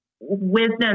wisdom